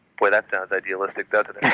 boy that sounds idealistic doesn't it?